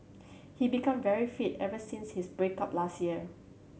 he become very fit ever since his break up last year